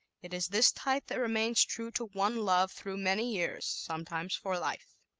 it is this type that remains true to one love through many years, sometimes for life.